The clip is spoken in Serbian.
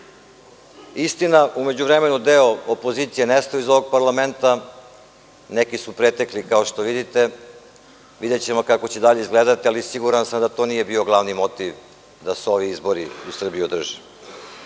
u međuvremenu je deo opozicije nestao iz ovog parlamenta, neki su pretekli, kao što vidite. Videćemo kako će dalje izgledati, ali siguran sam da to nije bio glavni motiv da se ovi izbori u Srbiji održe. Pre